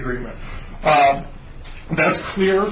agreement and that's clear